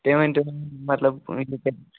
تُہۍ ؤنۍتَو مطلب